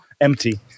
Empty